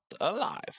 alive